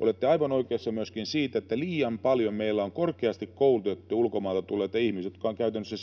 Olette aivan oikeassa myöskin siinä, että meillä on liian paljon korkeasti koulutettuja ulkomailta tulleita ihmisiä, jotka ovat käytännössä